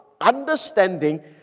understanding